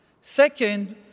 Second